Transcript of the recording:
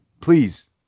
please